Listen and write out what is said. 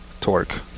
Torque